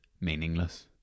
meaningless